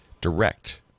direct